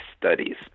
studies